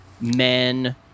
men